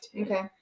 Okay